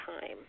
time